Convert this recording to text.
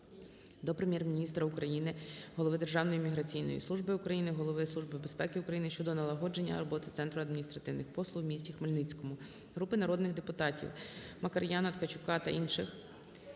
до Прем'єр-міністра України, голови Державної міграційної служби України, голови Служби безпеки України щодо налагодження роботи Центру адміністративних послуг в місті Хмельницькому. Групи народних депутатів (Макар'яна, Ткачука та інших)